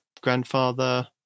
Grandfather